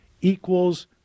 equals